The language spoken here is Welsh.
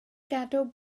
gadw